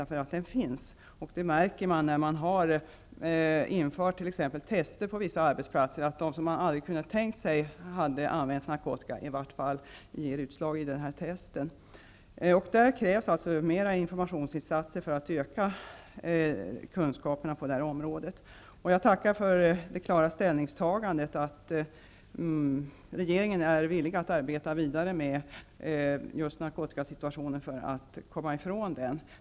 Man märker att den inställningen finns bl.a. när det har införts tester på vissa arbetsplatser. Då har det visat sig att prov från människor som man trott aldrig använt narkotika givit utslag. Det krävs mer informationsinsatser för att öka kunskaperna på detta område. Jag tackar för det klara ställningstagandet att regeringen är villig att arbeta vidare med just narkotikasituationen för att komma till rätta med den.